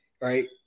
Right